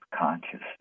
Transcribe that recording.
consciousness